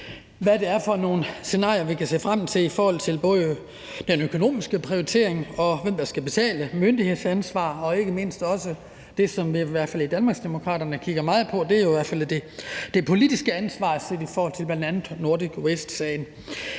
hvad det er for nogle scenarier, vi kan se frem til, i forhold til både den økonomiske prioritering, hvem der skal betale, myndighedsansvar og ikke mindst det, som vi i Danmarksdemokraterne kigger meget på, nemlig det politiske ansvar, bl.a. set i forhold til Nordic Waste-sagen.